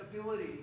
ability